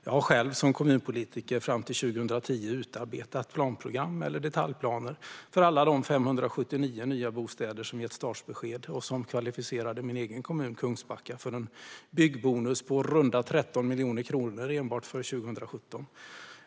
Jag har själv som kommunpolitiker fram till 2010 utarbetat planprogram eller detaljplaner för alla de 579 nya bostäder som getts startbesked och som kvalificerade min egen kommun Kungsbacka för en byggbonus på runda 13 miljoner kronor enbart för 2017.